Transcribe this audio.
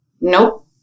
Nope